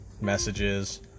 messages